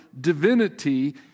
divinity